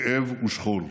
כאב ושכול,